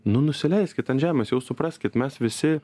nu nusileiskit ant žemės jau supraskit mes visi